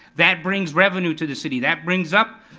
that brings revenue to the city, that brings up,